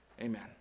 amen